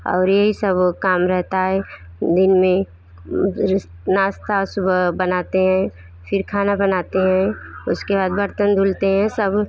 और यही सब काम रहता है दिन में नाश्ता सुबह बनाते हैं फिर खाना बनाते हैं उसके बाद बर्तन धोते हैं तब